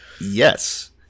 Yes